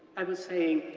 i was saying,